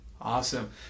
Awesome